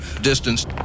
distance